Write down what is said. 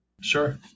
Sure